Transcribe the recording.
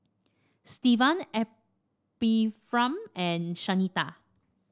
Stevan Ephraim and Shanita